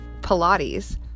Pilates